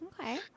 okay